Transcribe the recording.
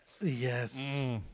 Yes